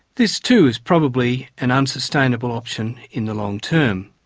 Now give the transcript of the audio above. this too is probably an unsustainable option in the long-term.